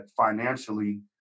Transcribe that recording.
financially